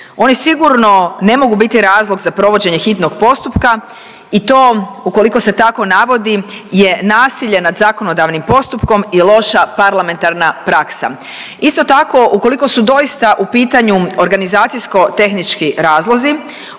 Oni sigurno ne mogu biti razlog za provođenje hitnog postupka i to ukoliko se tako navodi je nasilje nad zakonodavnim postupkom i loša parlamentarna praksa. Isto tako ukoliko su doista u pitanju organizacijsko tehnički razlozi,